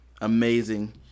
amazing